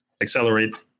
accelerate